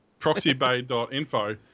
proxybay.info